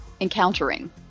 encountering